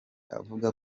avuga